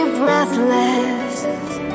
breathless